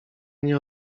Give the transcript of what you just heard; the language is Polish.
nie